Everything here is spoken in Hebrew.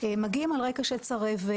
מגיעים על רקע של צרבת,